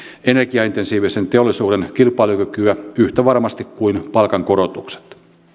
energiaintensiivisen teollisuuden kilpailukykyä yhtä varmasti kuin palkankorotukset